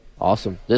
Awesome